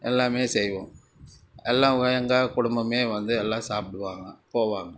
எல்லாமே செய்வோம் எல்லாம் எங்கள் குடும்பமே வந்து எல்லாம் சாப்பிடுவாங்க போவாங்க